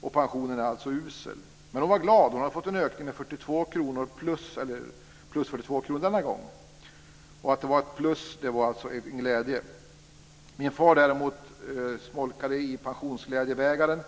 och pensionen är alltså usel. Men hon var glad. Hon hade fått en ökning med 42 kr denna gång. Att det var ett plus var en glädje. Min far hade däremot smolk i pensionsglädjebägaren.